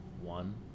one